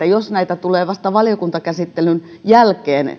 jos näitä tulee vasta valiokuntakäsittelyn jälkeen